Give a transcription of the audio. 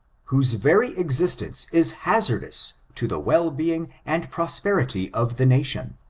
whose very existence is hazard ous to the well-being and prosperity of the nation.